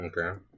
Okay